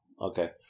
okay